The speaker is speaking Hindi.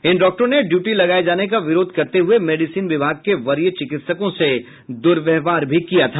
इन डॉक्टरों ने ड्यूटी लगाये जाने का विरोध करते हुये मेडिसिन विभाग के वरीय चिकित्सकों से दुर्व्यवहार भी किया था